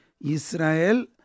Israel